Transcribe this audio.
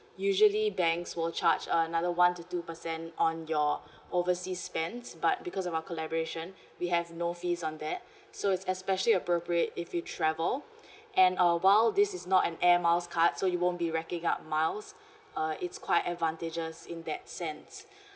usually banks will charge uh another one to two percent on your overseas spends but because of our collaboration we have no fees on that so it's especially appropriate if you travel and a while this is not an air miles card so you won't be racking up miles uh it's quite advantageous in that sense